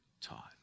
taught